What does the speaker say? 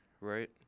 right